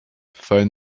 phone